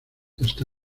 está